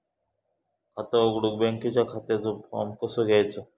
खाता उघडुक बँकेच्या खात्याचो फार्म कसो घ्यायचो?